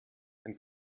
ein